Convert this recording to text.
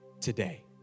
Today